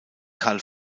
carl